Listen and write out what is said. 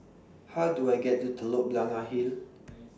How Do I get to Telok Blangah Hill